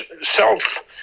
self